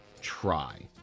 Try